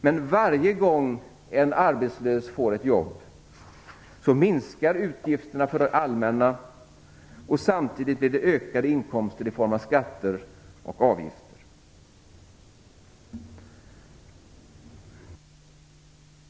Men varje gång en arbetslös får ett jobb minskar utgifterna för det allmänna. Samtidigt blir det ökade inkomster i form av skatter och avgifter.